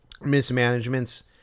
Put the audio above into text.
mismanagements